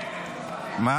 אפשר הודעה אישית?